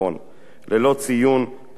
ללא ציון פרטים מזהים.